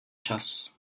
čas